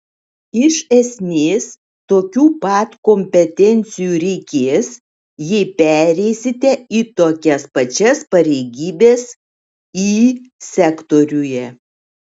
iš esmės tokių pat kompetencijų reikės jei pereisite į tokias pačias pareigybes y sektoriuje